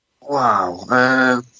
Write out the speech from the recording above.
Wow